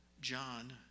John